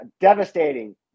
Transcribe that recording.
devastating